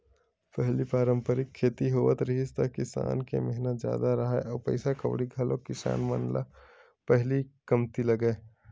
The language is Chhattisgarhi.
पहिली पारंपरिक खेती होवत रिहिस त किसान के मेहनत जादा राहय अउ पइसा कउड़ी घलोक किसान मन न पहिली कमती लगय